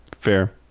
fair